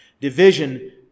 Division